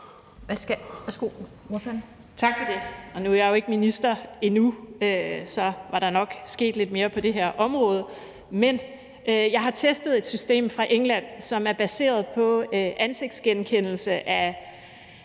Tak for det. Nu er jeg jo ikke minister – endnu. Så var der nok sket lidt mere på det her område. Men jeg har testet et system fra England, som er baseret på ansigtsgenkendelse af